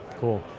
cool